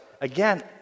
again